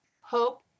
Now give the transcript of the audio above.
Hope